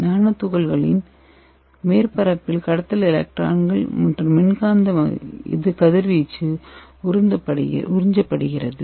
நானோ துகள்களின் மேற்பரப்பில் கடத்தல் எலக்ட்ரான்கள் மற்றும் மின்காந்த கதிர்வீச்சு உறிஞ்சப்படுகிறது